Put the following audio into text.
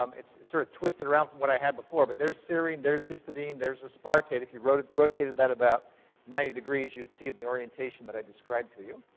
um it's sort of twisted around from what i had before. but there's serine. there's histidine. there's aspartate. if you rotated rotated that about ninety degrees, you'd see and the orientation that i described to you.